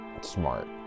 smart